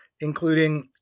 including